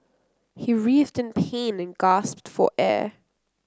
he writhed in pain and gasped for air